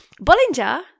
Bollinger